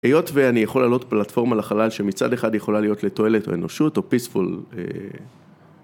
היות ואני יכול לעלות פלטפורמה לחלל שמצד אחד יכולה להיות לתועלת האנושות או פיספול